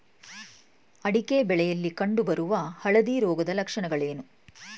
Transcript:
ಅಡಿಕೆ ಬೆಳೆಯಲ್ಲಿ ಕಂಡು ಬರುವ ಹಳದಿ ರೋಗದ ಲಕ್ಷಣಗಳೇನು?